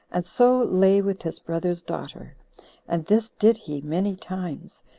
and so lay with his brother's daughter and this did he many times,